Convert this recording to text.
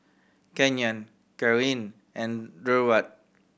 Canyon Kaaren and Durward